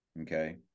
okay